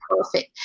perfect